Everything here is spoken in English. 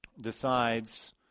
decides